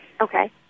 Okay